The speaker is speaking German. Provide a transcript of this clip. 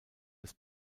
des